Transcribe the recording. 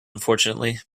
unfortunately